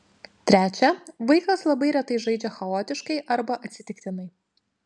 trečia vaikas labai retai žaidžia chaotiškai arba atsitiktinai